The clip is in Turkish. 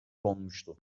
konmuştu